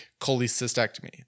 cholecystectomy